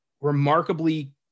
remarkably